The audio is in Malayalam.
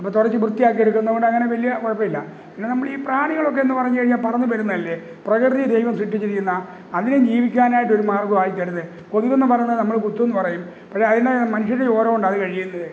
നമ്മൾ തുടച്ചു വൃത്തിയാക്കി എടുക്കുന്നതുകൊണ്ട് അങ്ങനെ വലിയ കുഴപ്പം ഇല്ല പിന്നെ നമ്മൾ ഈ പ്രാണികളൊക്കെയെന്നു പറഞ്ഞു കഴിഞ്ഞാൽ പറന്നു വരുന്നതല്ലേ പ്രകൃതി ദൈവം സൃഷ്ടിച്ചിരിക്കുന്ന അതിനു ജീവിക്കാനായിട്ട് ഒരു മാർഗ്ഗമായി കരുതി കൊതുക് എന്നു പറയണത് നമ്മൾ കുത്തു നിന്നു പറയും പക്ഷെ ൽ നിന്നു മനുഷ്യൻ്റെ ചോരകൊണ്ടാണ് അതു കഴിയുന്നത്